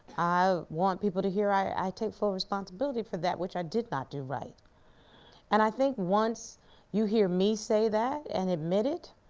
i want people to hear i take full responsibility for that which i did not do right and i think once you hear me say that and admit it,